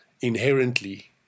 inherently